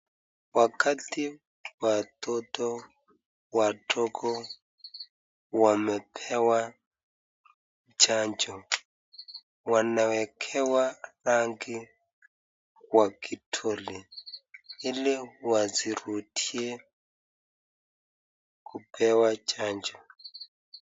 Wakati watoto wadogo wamepewa chanjo wanaweka rangi kwa kidole ili wasirudie kupewa chanjo.